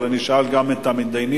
אבל אני אשאל גם את המתדיינים.